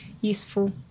useful